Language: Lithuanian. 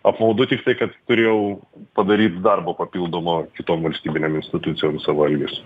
apmaudu tiktai kad turėjau padaryt darbo papildomo kitom valstybinėm institucijom savo elgesiu